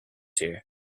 here